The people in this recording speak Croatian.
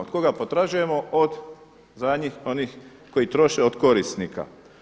Od koga potražujemo od zadnjih onih koji troše od korisnika.